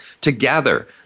together